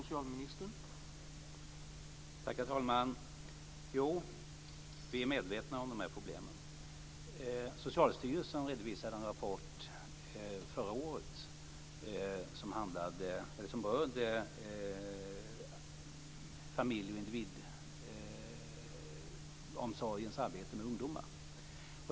Herr talman! Vi är medvetna om de här problemen. Socialstyrelsen redovisade en rapport förra året som berörde familj och individomsorgens arbete med ungdomar.